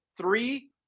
three